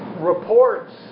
reports